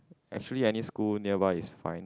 actually any school nearby is fine